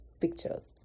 pictures